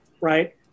right